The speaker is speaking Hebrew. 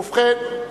ובכן,